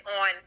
on